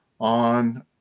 on